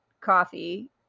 coffee